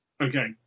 Okay